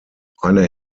eine